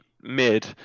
mid